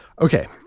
Okay